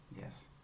Yes